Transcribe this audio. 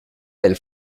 del